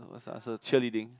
what's the answer cheerleading